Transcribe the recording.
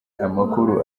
amakuru